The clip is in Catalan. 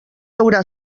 haurà